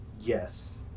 Yes